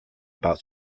about